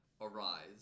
arise